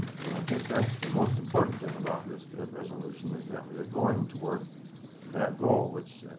and i think that's the most important thing about this resolution is that we are going toward that goal which,